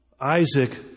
Isaac